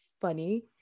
funny